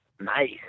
Nice